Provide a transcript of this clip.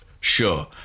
sure